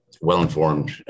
well-informed